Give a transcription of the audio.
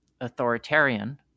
authoritarian